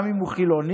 גם אם הוא חילוני,